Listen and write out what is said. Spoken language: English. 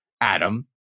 Adam